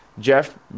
Jeff